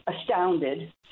astounded